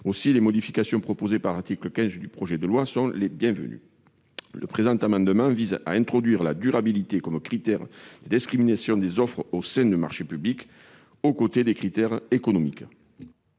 Aussi les modifications proposées par l'article 15 sont-elles les bienvenues. Cet amendement vise à introduire la durabilité comme critère de discrimination des offres dans le cadre des marchés publics, aux côtés des critères économiques.